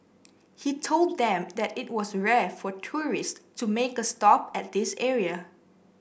he told them that it was rare for tourist to make a stop at this area